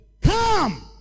come